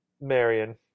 Marion